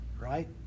right